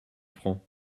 francs